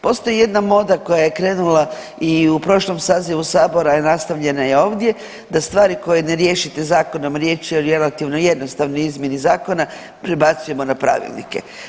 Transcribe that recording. Postoji jedna moda koja je krenula i u prošlom sazivu sabora je nastavljena i ovdje da stvari koje ne riješite zakonom, a riječ o relativnoj izmjeni zakona prebacujemo na pravilnike.